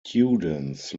students